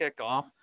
kickoff